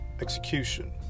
execution